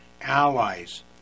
allies